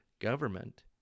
government